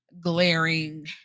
glaring